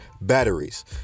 batteries